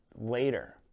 later